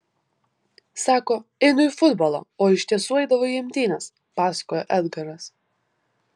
sako einu į futbolą o iš tiesų eidavo į imtynes pasakojo edgaras